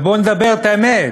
ובואו נאמר את האמת: